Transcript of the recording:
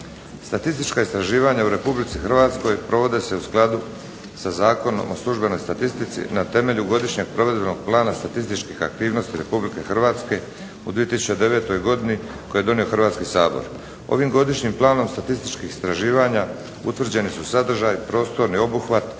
Statistička istraživanja u Republici Hrvatskoj provode se u skladu sa zakonom o službenoj statistici na temelju godišnjeg provedbenog plana statističkih aktivnosti Republike Hrvatske u 2009. godini koji je donio Hrvatski sabor. Ovim godišnjim planom statističkih istraživanja Utvrđeni su sadržaj, prostorni obuhvat,